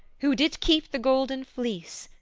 who did keep the golden fleece,